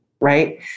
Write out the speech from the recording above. Right